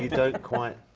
don't quite,